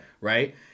right